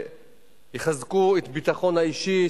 לממשלה הזאת,